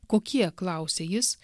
kokie klausia jis